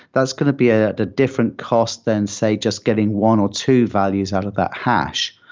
that's going to be ah the different cost than, say, just getting one or two values out of that hash.